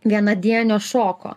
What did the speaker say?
vienadienio šoko